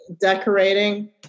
decorating